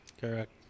Correct